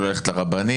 אני יכול ללכת לרבנים,